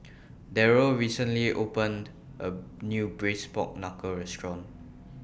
Darryll recently opened A New Braised Pork Knuckle Restaurant